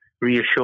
reassure